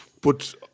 Put